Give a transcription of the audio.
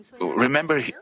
remember